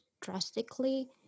Drastically